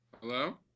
Hello